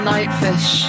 Nightfish